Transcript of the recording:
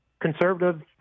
conservative